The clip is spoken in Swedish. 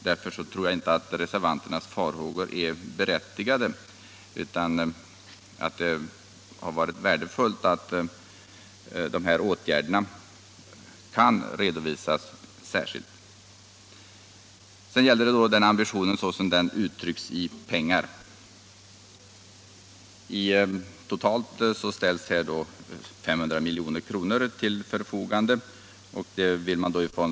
Därför tror jag att reservanternas farhågor inte är berättigade. Sedan gäller det ambitionen uttryckt i pengar. Totalt ställs 500 milj.kr. till förfogande.